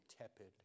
tepid